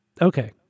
Okay